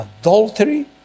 adultery